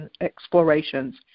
explorations